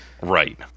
Right